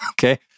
Okay